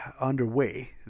underway